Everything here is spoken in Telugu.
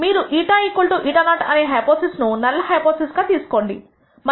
మీరు η η0 అనే హైపోథిసిస్ అను నల్ హైపోథిసిస్ తీసుకోండి మరియు